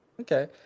Okay